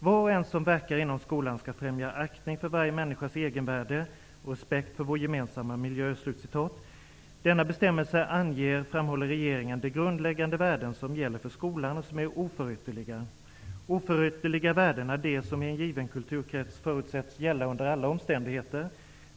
Var och en som verkar inom skolan skall främja aktning för varje människas egenvärde och respekt för vår gemensamma miljö.` Denna bestämmelse anger, framhåller regeringen, de grundläggande värden som gäller för skolan och som är oförytterliga. Oförytterliga värden är de som i en given kulturkrets förutsätts gälla under alla omständigheter.